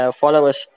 followers